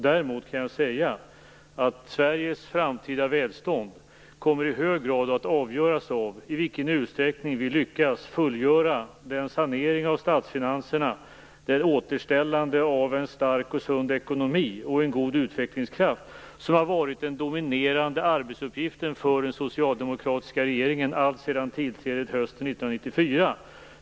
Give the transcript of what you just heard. Däremot kan jag säga att Sveriges framtida välstånd i hög grad kommer att avgöras av i vilken utsträckning vi lyckas fullgöra den sanering av statsfinanserna och det återställande av en stark och sund ekonomi och en god utvecklingskraft som har varit den dominerande arbetsuppgiften för den socialdemokratiska regeringen allt sedan tillträdet hösten 1994.